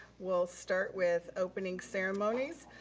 we'll start with opening ceremonies,